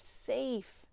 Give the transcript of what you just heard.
safe